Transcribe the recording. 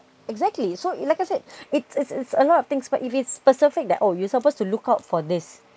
exactly so like I said it's it's a lot of things but if it's specific that oh you're supposed to look out for this